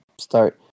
start